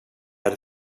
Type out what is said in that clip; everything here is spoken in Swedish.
hade